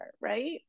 right